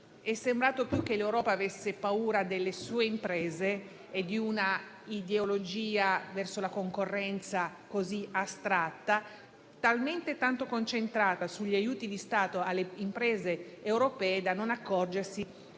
è sembrato che l'Europa avesse paura delle sue imprese, che nutrisse una ideologia astratta verso la concorrenza e che fosse talmente tanto concentrata sugli aiuti di Stato alle imprese europee da non accorgersi